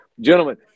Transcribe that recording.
Gentlemen